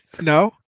no